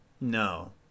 No